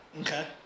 Okay